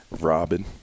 Robin